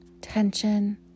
tension